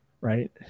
right